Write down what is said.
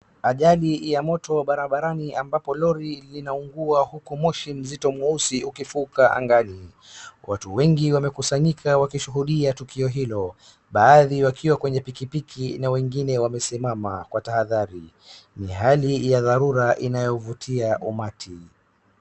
Ajali ya moto barabarani ambapo lori linaungua huku moshi mzito mweusi ukifuka angani. Watu wengi wamekusanyika wakishuhudia tukio hilo. Baadhi wakiwa kwenye pikipiki na wengine wamesimama kwa tahadhari. Ni hali ya dharura inayovutia umati.